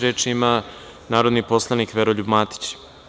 Reč ima narodni poslanik Veroljub Matić.